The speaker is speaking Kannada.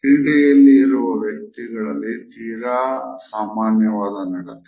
ಕ್ರೀಡೆಯಲ್ಲಿ ಇರುವ ವ್ಯಕ್ತಿಗಳಲ್ಲಿ ಇದು ತೀರಾ ಸಾಮಾನ್ಯವಾದ ನಡತೆ